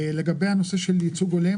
לגבי הנושא של ייצוג הולם,